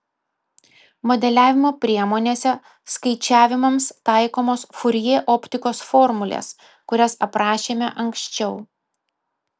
modeliavimo priemonėse skaičiavimams taikomos furjė optikos formulės kurias aprašėme anksčiau